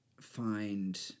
find